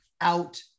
out